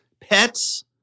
pets